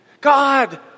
God